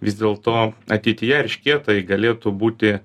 vis dėlto ateityje eršketai galėtų būti